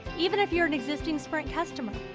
even if you're an existing sprint customer.